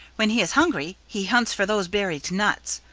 when he is hungry, he hunts for those buried nuts,